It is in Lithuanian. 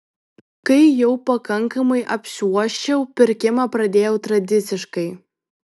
kai jau pakankamai apsiuosčiau pirkimą pradėjau tradiciškai